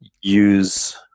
use